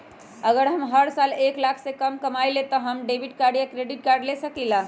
अगर हम हर साल एक लाख से कम कमावईले त का हम डेबिट कार्ड या क्रेडिट कार्ड ले सकीला?